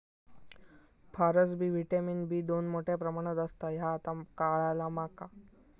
फारसबी vitamin B दोन मोठ्या प्रमाणात असता ह्या आता काळाला माका